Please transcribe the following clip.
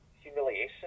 humiliation